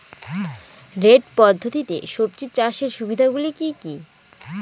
Bed পদ্ধতিতে সবজি চাষের সুবিধাগুলি কি কি?